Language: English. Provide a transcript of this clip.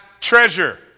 treasure